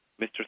Mr